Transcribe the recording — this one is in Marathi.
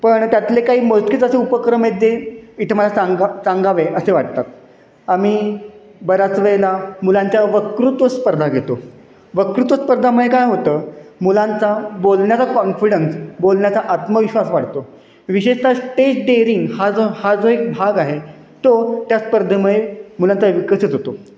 पण त्यातले काही मोजकेच असे उपक्रम आहेत जे इथे माला सांगा सांगावे असे वाटतात आम्ही बऱ्याच वेळेला मुलांच्या वक्तृत्व स्पर्धा घेतो वक्तृत्व स्पर्धामध्ये काय होतं मुलांचा बोलण्याचा कॉन्फिडन्स बोलण्याचा आत्मविश्वास वाढतो विशेषत स्टेज डेअरिंग हा जो हा जो एक भाग आहे तो त्या स्पर्धेमुळे मुलांचा विकसित होतो